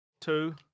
two